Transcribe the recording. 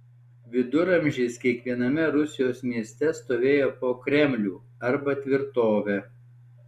viduramžiais kiekviename rusijos mieste stovėjo po kremlių arba tvirtovę